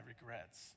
regrets